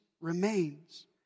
remains